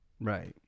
Right